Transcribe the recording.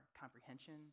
comprehension